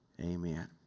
amen